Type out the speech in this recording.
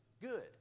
good